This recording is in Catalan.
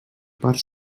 part